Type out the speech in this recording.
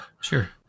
Sure